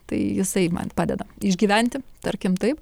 tai jisai man padeda išgyventi tarkim taip